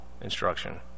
instruction